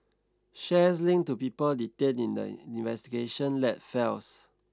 shares linked to people detained in the investigation led falls